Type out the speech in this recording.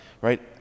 right